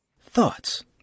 thoughts